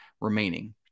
remaining